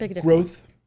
growth